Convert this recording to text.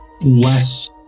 less